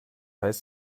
heißt